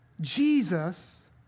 Jesus